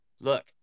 look